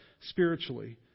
spiritually